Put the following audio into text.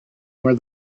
where